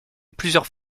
plusieurs